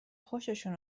خوششون